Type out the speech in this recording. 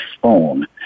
phone